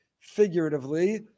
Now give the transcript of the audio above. figuratively